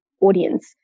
audience